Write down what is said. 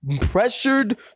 pressured